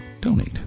Donate